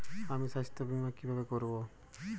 আমি স্বাস্থ্য বিমা কিভাবে করাব?